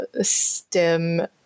STEM